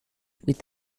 with